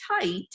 tight